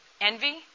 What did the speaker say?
envy